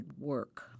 work